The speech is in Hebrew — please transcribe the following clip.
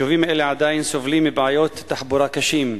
יישובים אלה עדיין סובלים מבעיות תחבורה קשות.